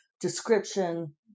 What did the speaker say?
description